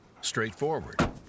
straightforward